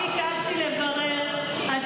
(חבר הכנסת יוראי להב הרצנו